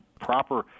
Proper